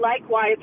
likewise